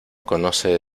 conoce